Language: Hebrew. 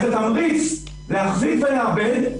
התמריץ להחזיק ולעבד,